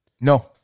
No